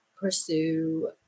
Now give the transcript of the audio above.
pursue